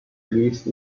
released